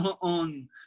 on